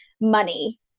money